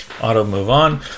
auto-move-on